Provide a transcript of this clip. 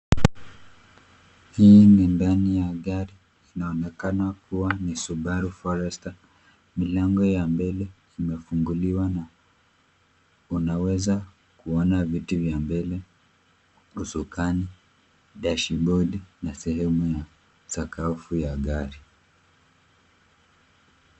Hii ni ndani ya gari. Inaonekana kuwa ni Subaru Forester. Milango ya mbele imefunguliwa na unaweza kuona viti vya mbele, usukani, dashibodi na sehemu ya sakafu ya gari.